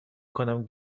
کنم